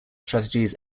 strategies